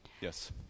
Yes